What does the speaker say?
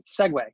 segue